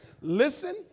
Listen